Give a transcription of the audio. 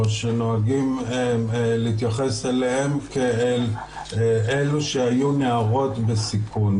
או שנוהגים להתייחס אליהן כאל אלו שהיו נערות בסיכון,